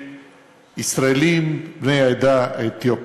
ישראלים בני העדה האתיופית,